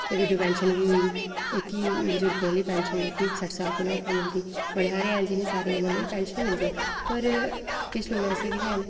एह्बी widow pension बी होई इक ही बजुर्ग आह्ली पेंशन जेह्ड़ी सट्ठ साल कोला उप्पर मिलदी बड़े हारे हैन जिनें गी पेंशन मिलदियां पर किश लोग ऐसे बी हैन